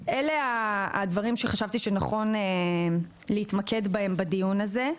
אלה הדברים שחשבתי שנכון להתמקד בהם בדיון הזה.